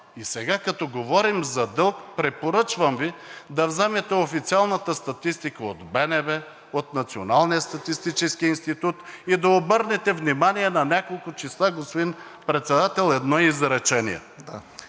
И сега, когато говорим за дълг, препоръчвам Ви да вземете официалната статистика от БНБ, от Националния статистически институт и да обърнете внимание на няколко числа. (Председателят дава сигнал,